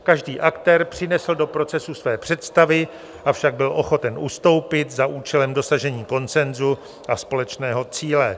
Každý aktér přinesl do procesu své představy, avšak byl ochoten ustoupit za účelem dosažení konsenzu a společného cíle.